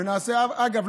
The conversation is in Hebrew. ואגב,